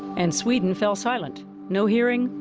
and sweden fell silent no hearing,